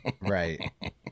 right